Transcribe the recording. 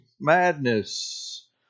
Madness